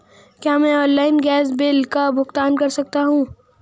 क्या मैं online gas bill का भुगतान कर सकता हूँ?